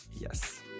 yes